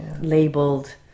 labeled